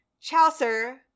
Chaucer